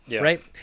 right